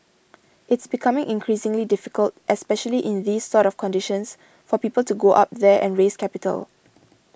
it's becoming increasingly difficult especially in these sort of conditions for people to go up there and raise capital